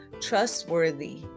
trustworthy